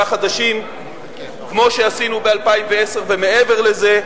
חדשים כמו שעשינו ב-2010 ומעבר לזה.